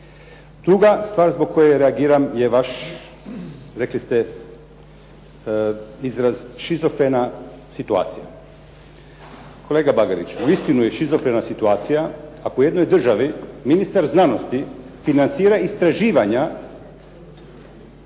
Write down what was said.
Druga stvar zbog koje reagiram je vaš, rekli ste izraz šizofrena situacija. Kolega Bagariću uistinu je šizofrena situacija ako u jednoj državi ministar znanosti financira istraživanja,